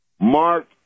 Mark